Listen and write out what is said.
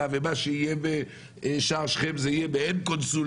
ומה שיהיה בשער שכם לא תהיה קונסוליה,